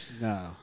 No